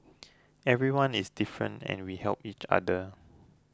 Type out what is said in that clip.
everyone is different and we help each other